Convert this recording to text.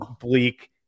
bleak